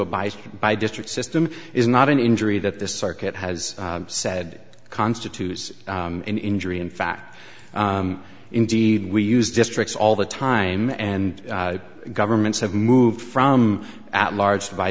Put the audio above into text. advice by district system is not an injury that this circuit has said constitutes an injury in fact indeed we use districts all the time and governments have moved from at large by